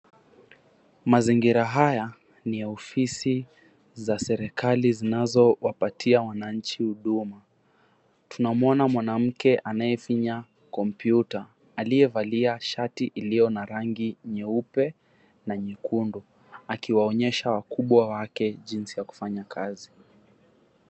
Mazingira haya ni ya ofisi za serikali zinazowapatia wananchi huduma. Tunamwona mwanamke anayefinya kompyuta aliyevalia shati iliyo na rangi nyeupe na nyekundu, akiwaonyesha wakubwa wake jinsi ya kufanya kazi.